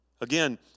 Again